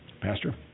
Pastor